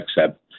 accept